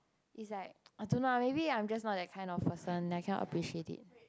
is like I don't know ah maybe I'm just not that kind of person then I cannot appreciate it